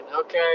okay